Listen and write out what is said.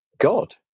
God